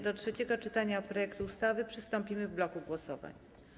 Do trzeciego czytania projektu ustawy przystąpimy w bloku głosowań.